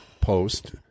post